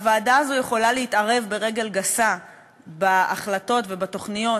הוועדה הזו יכולה להתערב ברגל גסה בהחלטות ובתוכניות